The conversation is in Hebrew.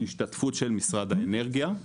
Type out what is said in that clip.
יש גם השתתפות של משרד האנרגיה.